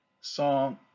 song